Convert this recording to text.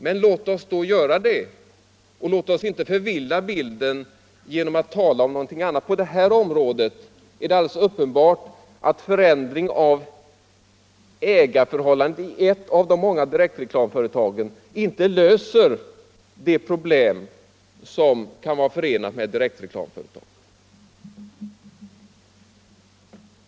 Men låt oss då göra det och låt oss inte förvilla bilden genom att tala om någonting annat. På det här området är det alldeles uppenbart att förändring av ägarförhållandena i ett av de många direktreklamföretagen inte löser de problem som kan vara förenade med direktreklam.